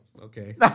okay